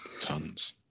Tons